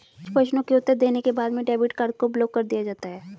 कुछ प्रश्नों के उत्तर देने के बाद में डेबिट कार्ड को ब्लाक कर दिया जाता है